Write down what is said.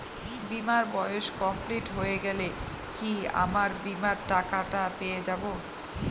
বীমার বয়স কমপ্লিট হয়ে গেলে কি আমার বীমার টাকা টা পেয়ে যাবো?